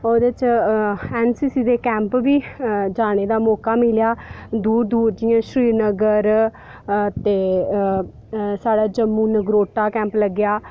ते फ्ही असेंगी एन सी सी दे कैम्प बी जाने दा मौका मिलेआ दूर दूर जि'यां श्रीनगर ते साढ़े जम्मू नगरोटा कैम्प लग्गेआ